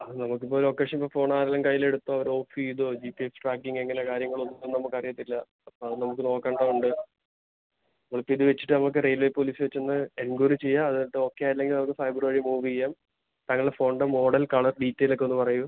അത് നമുക്ക് ഇപ്പം ലൊക്കേഷൻ ഇപ്പം ഫോൺ ആരേലും കൈയ്യിൽ എടുത്താൽ ജീ പ്പീ എസ് ട്രാക്കിങ് എങ്ങനെ കാര്യങ്ങളൊന്നും നമുക്ക് അറിയത്തില്ല അപ്പോൾ അത് നമുക്ക് നോക്കണ്ടതുണ്ട് അപ്പം ഇത് വച്ചിട്ട് നമുക്ക് റെയിൽവേ പോലീസിൽ ചെന്ന് എൻക്വയറി ചെയ്യാൻ അത് എന്നിട്ട് ഓക്കെ ആയില്ലെങ്കിൽ നമുക്ക് സൈബറ് വഴി മൂവ് ചെയ്യാം താങ്കളുടെ ഫോണിൻ്റെ മോഡൽ കാളർ ഡീറ്റെയിലൊക്കെ ഒന്ന് പറയൂ